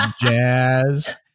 jazz